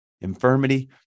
infirmity